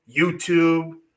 YouTube